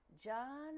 john